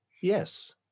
Yes